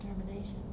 determination